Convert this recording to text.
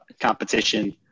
competition